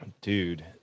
Dude